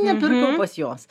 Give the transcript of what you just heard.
nepirkau pas juos